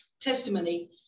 testimony